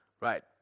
Right